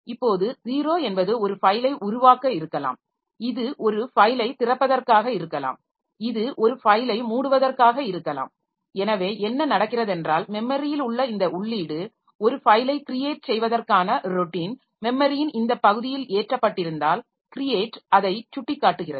இப்போது 0 என்பது ஒரு ஃபைலை உருவாக்க இருக்கலாம் இது ஒரு ஃபைலைத் திறப்பதற்காக இருக்கலாம் இது ஒரு ஃபைலை மூடுவதற்காக இருக்கலாம் எனவே என்ன நடக்கிறதென்றால் மெமரியில் உள்ள இந்த உள்ளீடு ஒரு ஃபைலை க்ரியேட் செய்வதற்கான ரொட்டின் மெமரியின் இந்த பகுதியில் ஏற்றப்பட்டிருந்தால் க்ரியேட் அதை சுட்டிக்காட்டுகிறது